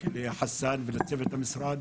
אלו לא תוכניות נפרדות,